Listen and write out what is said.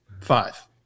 Five